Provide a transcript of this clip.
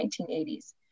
1980s